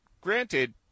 granted